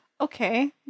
Okay